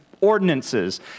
ordinances